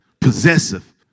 possessive